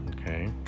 okay